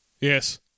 Yes